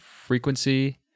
frequency